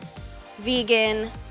vegan